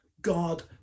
God